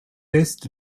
est